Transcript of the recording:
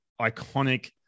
iconic